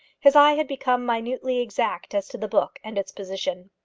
his eye had become minutely exact as to the book and its position.